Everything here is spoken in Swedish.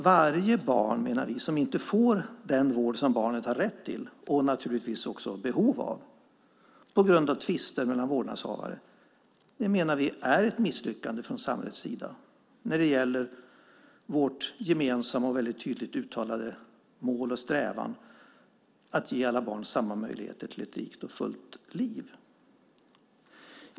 Varje barn som inte får den vård som barnet har rätt till, och naturligtvis också behov av, på grund av tvister mellan vårdnadshavare menar vi är ett misslyckande från samhällets sida när det gäller vårt gemensamma och väldigt tydligt uttalade mål att ge alla barn samma möjligheter till ett rikt och fullt liv.